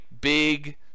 big